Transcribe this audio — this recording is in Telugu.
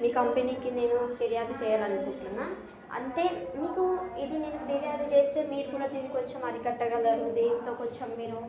మీ కంపెనీకి నేను ఫిర్యాదు చేయాలని అనుకుంటున్నాను అంటే మీకు ఇది నేను ఫిర్యాదు చేస్తే మీరు కూడా దీన్ని కొంచెం అరికట్టగలరు దీంతో కొంచెం మీరు